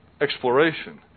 exploration